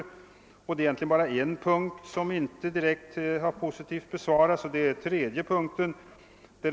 Många kommuner har mycket fina register.